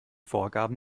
vorgaben